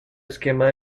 esquema